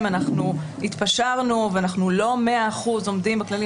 אנחנו התפשרנו ואנחנו לא מאה אחוז עומדים בכללים